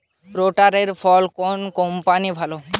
রোটারের ফল কোন কম্পানির ভালো?